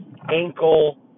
ankle